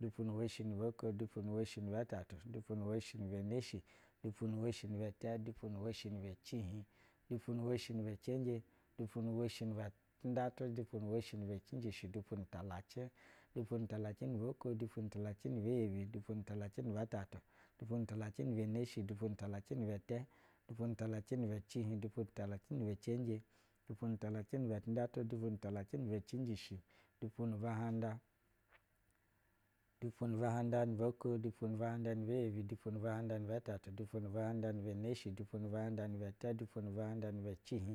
boko dupunu woshi ni bɛ yebi dupu nu woshi ni bɛ tɛtu, pupu nu woshi ni bɛ neshi dupu nu woshi ni bɛ tɛ dupu nu woshi niii bɛ cihih dupu nu woshi ni bɛ cebje, dupu nu woshi ni bɛ tindɛtu, dupu nu woshi ni bɛ cinjishi, dupu nu talav, dupu nu talacɛ nu boko. Dupu nu lalacɛ ni bɛ yebi dupu nu lalacɛ ni bɛ tɛ tu dupu nu talacɛ ni bɛ neshi, dupu nu talacɛ ni bɛ neshi dupu nu talacv ni bɛ tɛ, dupu nu talav ni bɛ cihih, dupu nu talacɛ nii bɛ cenje, dupu nu talacɛ ni bɛ tindɛtu, dupu nutalacɛ nibɛ cinjishi dupu na buhanda dupu na buhanda nuboko, dupu nab u hand ani bɛ yebi, dupu na buhanda ni bɛ tɛtu, dupu na buhanda ni bɛ neshi, dupu na buha nda nibɛ tɛ, dupu na buhanda ni bɛ cihin.